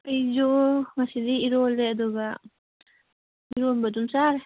ꯑꯩꯁꯨ ꯉꯁꯤꯗꯤ ꯏꯔꯣꯜꯂꯦ ꯑꯗꯨꯒ ꯏꯔꯣꯝꯕꯗꯨ ꯆꯥꯔꯦ